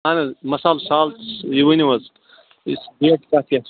اَہَن حظ مسال سال یہِ ؤنیُو حظ ریٹ کَتھ کیٛاہ چھِ